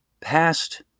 past